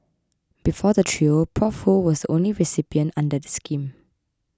before the trio Prof Ho was the only recipient under the scheme